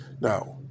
now